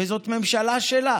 וזאת ממשלה שלה